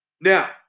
Now